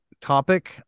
topic